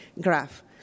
graph